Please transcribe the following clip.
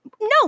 No